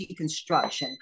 deconstruction